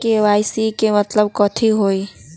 KYC के मतलब कथी होई?